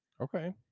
Okay